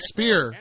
Spear